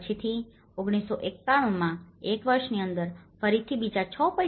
પછીથી 1991 માં એક વર્ષની અંદર ફરીથી બીજા 6